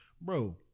Bro